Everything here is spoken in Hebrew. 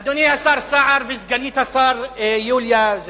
אדוני השר סער וסגנית השר יוליה,